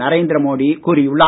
நரேந்திர மோடி கூறியுள்ளார்